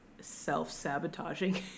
self-sabotaging